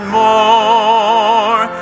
more